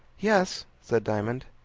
yes, said diamond.